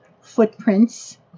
footprints